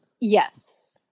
Yes